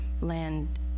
land